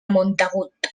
montagut